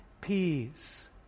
peace